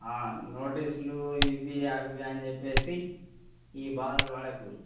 నోటీసులు ఇవి అవి అని చెప్పేసి ఈ బాధలు పడకండి